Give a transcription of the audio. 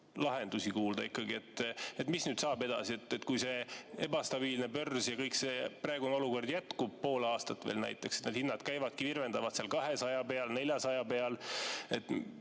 lahendusi kuulda, et mis nüüd edasi saab, kui see ebastabiilne börs ja kõik see praegune olukord jätkub pool aastat veel näiteks ja need hinnad virvendavad seal 200 peal, 400 peal.